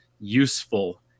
useful